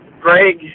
Greg